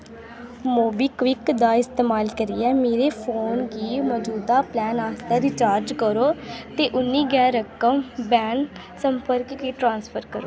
MobiKwik दा इस्तेमाल करियै मेरे फोन गी मजूदा प्लान आस्तै रिचार्ज करो ते उन्नी गै रकम भैन संपर्क गी ट्रांसफर करो